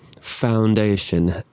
Foundation